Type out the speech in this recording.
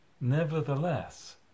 nevertheless